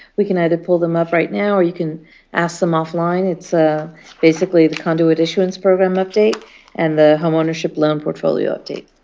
we can either pull them up right now or you can ask them offline. it's ah basically the conduit issuance program update and the home ownership loan portfolio update.